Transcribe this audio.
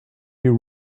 you